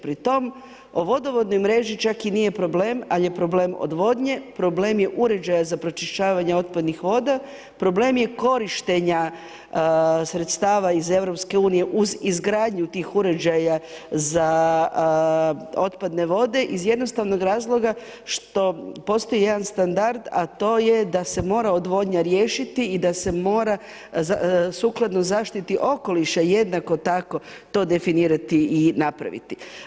Pri tom, o vodovodnoj mreži čak i nije problem ali je problem odvodnje, problem je uređaja za pročišćavanje otpadnih voda, problem je korištenja sredstava iz Europske unije za izgradnju tih uređaja za otpadne vode iz jednostavnog razloga što postoji jedan standard a to je da se mora odvodnja riješiti i da se mora sukladno zaštiti okoliša jednako tako to definirati i napraviti.